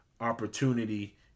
opportunity